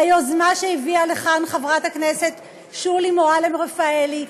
ליוזמה שהביאה לכאן חברת הכנסת שולי מועלם-רפאלי,